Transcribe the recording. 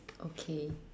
okay